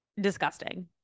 disgusting